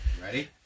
Ready